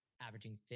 averaging